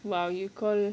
!wow! you call